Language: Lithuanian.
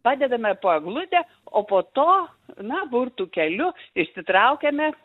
padedame po eglute o po to na burtų keliu išsitraukiame